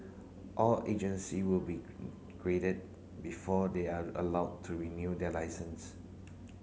all agency will be graded before they are allowed to renew their licence